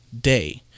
day